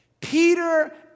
Peter